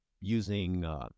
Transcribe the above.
using